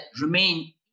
remain